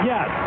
Yes